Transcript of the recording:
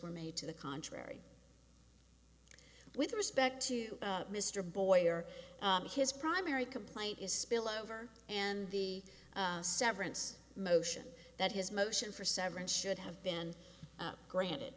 were made to the contrary with respect to mr boyer his primary complaint is spillover and the severance motion that his motion for severance should have been granted